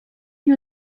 nie